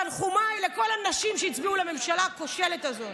תנחומיי לכל הנשים שהצביעו לממשלה הכושלת הזאת.